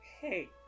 Hey